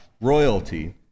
royalty